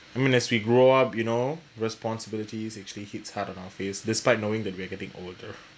I mean as we grow up you know responsibilities actually hits hard on our face despite knowing that we're getting older